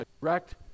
direct